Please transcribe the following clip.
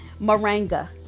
moringa